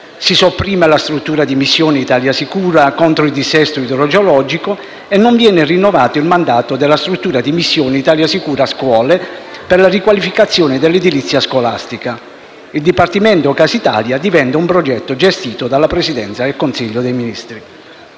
Si sopprime la struttura di missione ItaliaSicura contro il dissesto idrogeologico e non viene rinnovato il mandato della struttura di missione ItaliaSicura scuole per la riqualificazione dell'edilizia scolastica. Il Dipartimento Casa Italia diventa un progetto gestito dalla Presidenza del Consiglio dei ministri.